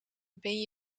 ben